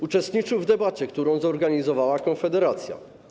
Uczestniczył w debacie, którą zorganizowała Konfederacja.